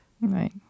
Right